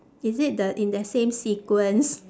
is it the in that same sequence